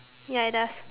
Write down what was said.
ya it does